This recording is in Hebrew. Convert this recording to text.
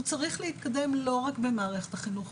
הוא צריך להתקדם לא רק במערכת החינוך.